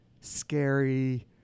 scary